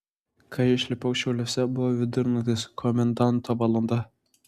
kai išlipau šiauliuose buvo vidurnaktis komendanto valanda